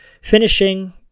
finishing